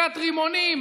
זריקת רימונים,